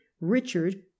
richard